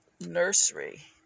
nursery